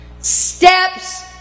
steps